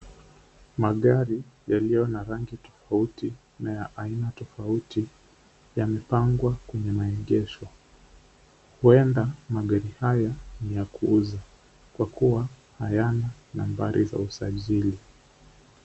Magari yaliyo na rangi tofauti na ya aina tofauti yamepangwa kwenye maegesho, huenda magari haya ni ya kuuza kwa kua hayana nambari ya usajili.